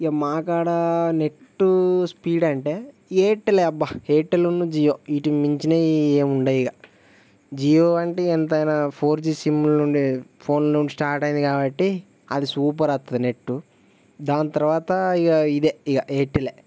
కానీ మా కాడ నెట్టు స్పీడు అంటే ఎయిర్టెలే అబ్బ ఎయిర్టెలునూ జియో ఈటిని మించినవి ఏవి ఉండవు ఇంక జియో అంటే ఎంతైనా ఫోర్ జీ సిమ్ములు ఉండే ఫోన్లు స్టార్ట్ అయ్యింది కాబట్టి అది సూపర్ వస్తుంది నెట్టు దాని తర్వాత ఇంక ఇదే ఎయిర్టెలే